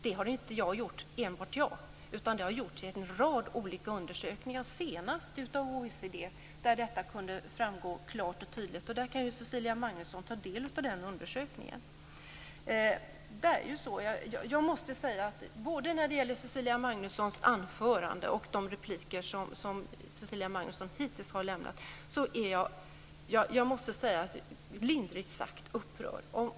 Det har inte enbart jag gjort, utan det har gjorts i en rad olika undersökningar, senast av OECD, där detta framgår klart och tydligt. Cecilia Magnusson kan ta del av den undersökningen. Jag måste säga att både Cecilia Magnussons anförande och hennes repliker hittills gör mig lindrigt sagt upprörd.